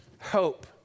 hope